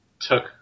took